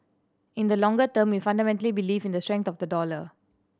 in the longer term we fundamentally believe in the strength of the dollar